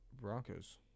Broncos